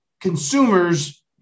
consumers